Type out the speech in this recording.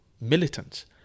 militants